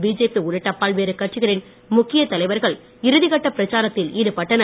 BJP உள்ளிட்ட பல்வேறு கட்சிகளின் முக்கியத் தலைவர்கள் இறுதி கட்டப் பிரச்சாரத்தில் ஈடுபட்டனர்